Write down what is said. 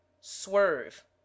Swerve